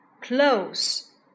close